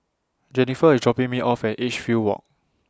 Jennifer IS dropping Me off At Edgefield Walk